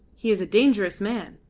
he is a dangerous man.